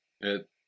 it-